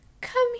come